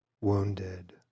wounded